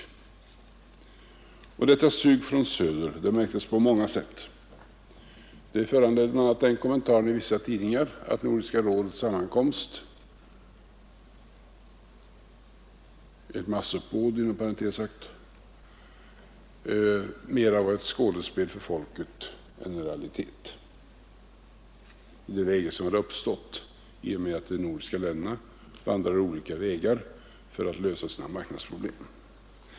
Detta sug från söder märktes som sagt på många sätt. Det föranledde bl.a. den kommentaren i vissa tidningar att Nordiska rådets sammankomst — inom parentes sagt ett massuppbåd — mera var ett skådespel för folket än en realitet i det läge som uppstått, där de nordiska länderna vandrar olika vägar för att lösa sina marknadsproblem.